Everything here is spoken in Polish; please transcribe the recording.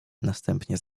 następnie